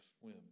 swim